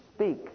Speak